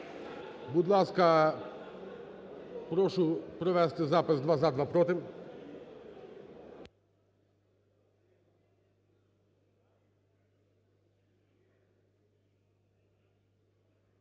Будь ласка, прошу провести запис: два – за, два – проти.